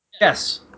Yes